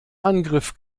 angriff